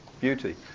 beauty